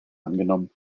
angenommen